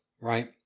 right